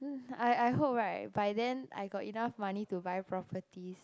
mm I I hope right by then I got enough money to buy properties